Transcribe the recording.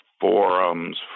forums